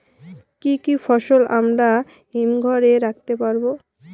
কি কি ফসল আমরা হিমঘর এ রাখতে পারব?